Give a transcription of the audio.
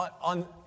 on